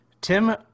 tim